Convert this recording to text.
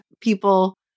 people